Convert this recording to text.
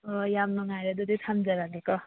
ꯍꯣꯏ ꯌꯥꯝ ꯅꯨꯡꯉꯥꯏꯔꯦ ꯑꯗꯨꯗꯤ ꯊꯝꯖꯔꯒꯦꯀꯣ